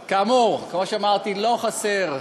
כאמור, כמו שאמרתי, לא חסר,